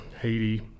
Haiti